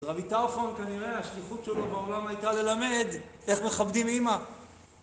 רבי טרפון כנראה השליחות שלו בעולם הייתה ללמד איך מכבדים אמא